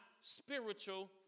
spiritual